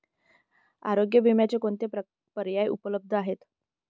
आरोग्य विम्याचे कोणते पर्याय उपलब्ध आहेत?